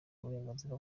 uburenganzira